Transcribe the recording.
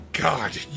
God